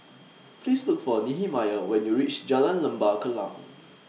Please Look For Nehemiah when YOU REACH Jalan Lembah Kallang